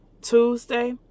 Tuesday